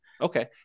Okay